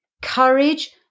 Courage